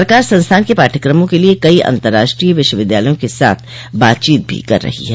सरकार संस्थान के पाठ्यक्रमों के लिए कई अतंर्राष्ट्रीय विश्वविद्यालयों क साथ बातचीत भी कर रही है